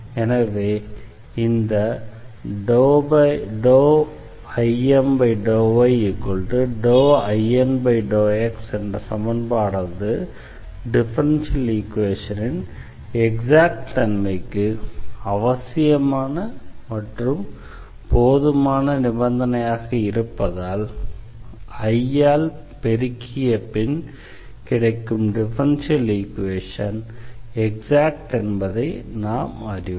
எனவே இந்த IM∂yIN∂x என்ற சமன்பாடானது டிஃபரன்ஷியல் ஈக்வேஷனின் எக்ஸாக்ட் தன்மைக்கு அவசியமான மற்றும் போதுமான நிபந்தனையாக இருப்பதால் I ஆல் பெருக்கியபின் கிடைக்கும் டிஃபரன்ஷியல் ஈக்வேஷன் எக்ஸாக்ட் என்பதை நாம் அறிவோம்